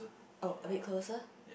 oh a bit closer